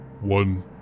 One